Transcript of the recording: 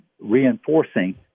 reinforcing